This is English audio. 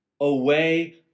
away